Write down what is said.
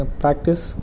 practice